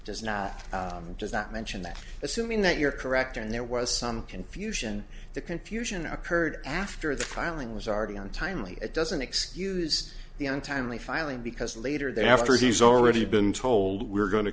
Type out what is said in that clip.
does not does that mention that assuming that you're correct and there was some confusion the confusion occurred after the filing was already untimely it doesn't excuse the untimely filing because later there after he's already been told we're going to